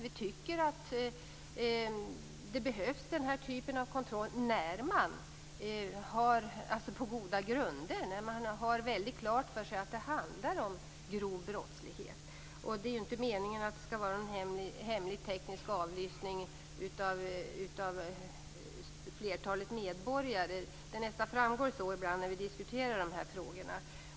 Vi tycker att den typen av kontroll behövs när man på goda grunder har klart för sig att det handlar om grov brottslighet. Det är inte meningen att det skall ske hemlig teknisk avlyssning av flertalet medborgare. Det verkar nästan så när vi diskuterar frågorna.